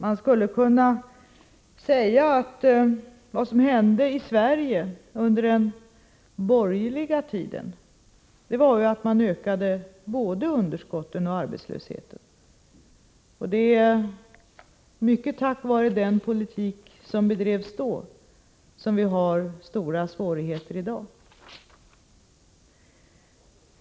Man skulle kunna säga att vad som hände i Sverige under den borgerliga regeringstiden var att regeringen ökade underskotten och arbetslösheten. Det är mycket tack vare den politik som bedrevs då som vi har stora svårigheter i dag.